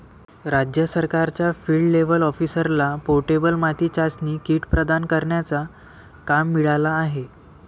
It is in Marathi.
राज्य सरकारच्या फील्ड लेव्हल ऑफिसरला पोर्टेबल माती चाचणी किट प्रदान करण्याचा काम मिळाला आहे